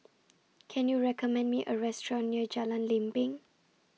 Can YOU recommend Me A Restaurant near Jalan Lempeng